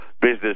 business